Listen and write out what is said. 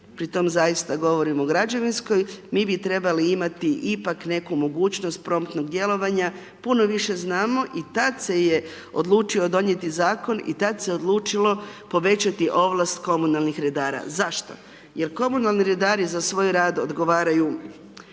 pri tome zaista govorim o građevinskoj, mi bi trebali imati ipak neku mogućnost promptnog djelovanja, puno više znamo, i tad se je odlučio donijeti Zakon i tad se odlučilo povećati ovlast komunalnih redara. Zašto? Jer komunalni redari za svoj rad odgovaraju,